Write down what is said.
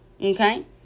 Okay